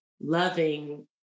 loving